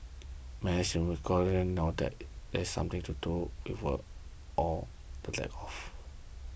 many Singaporeans know that it has something to do with work or the lack of